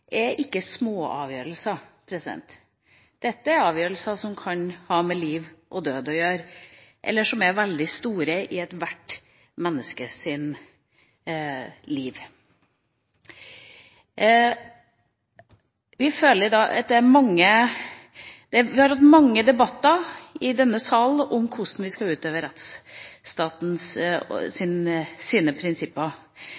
er ikke småavgjørelser. Dette er avgjørelser som kan ha med liv og død å gjøre, eller som er veldig store i ethvert menneskes liv. Vi har hatt mange debatter i denne sal om hvordan vi skal utøve rettsstatens